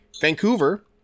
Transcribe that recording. Vancouver